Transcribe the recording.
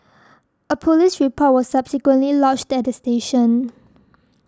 a police report was subsequently lodged at the station